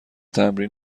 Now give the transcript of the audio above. تمرین